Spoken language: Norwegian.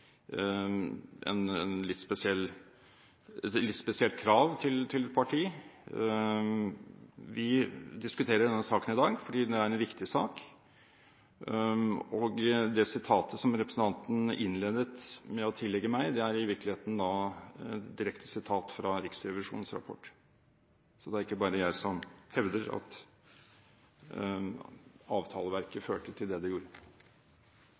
er et litt spesielt krav til et parti. Vi diskuterer denne saken i dag fordi det er en viktig sak. Det sitatet som representanten Lundteigen innledet med å tillegge meg, er i virkeligheten direkte sitat fra Riksrevisjonens rapport. Så det er ikke bare jeg som hevder at avtaleverket førte til det det gjorde.